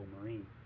marine